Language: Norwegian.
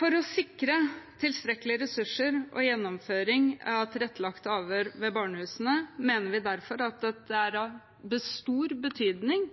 For å sikre tilstrekkelige ressurser og gjennomføring av tilrettelagte avhør ved barnehusene mener vi derfor at det er av stor betydning